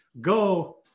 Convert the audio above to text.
go